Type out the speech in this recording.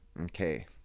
Okay